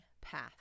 path